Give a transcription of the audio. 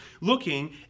looking